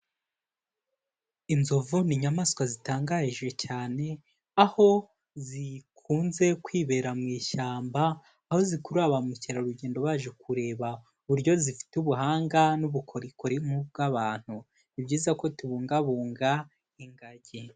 Inzovu ni inyamaswa zitangaje cyane, aho zikunze kwibera mu ishyamba, aho zikurura ba mukerarugendo baje kureba uburyo zifite ubuhanga, n'ubukorikori nk'ubw'abantu, ni byiza ko tubungabunga ingagi.